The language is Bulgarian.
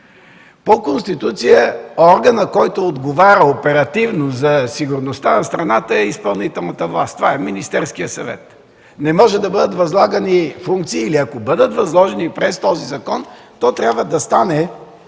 По Конституция органът, който отговаря оперативно за сигурността на страната, е изпълнителната власт. Това е Министерският съвет. Не може да бъдат възлагани функции или ако бъдат възложени през този закон, то трябва да стане